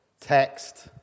Text